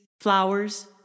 flowers